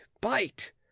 bite